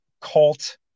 cult